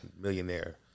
millionaire